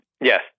Yes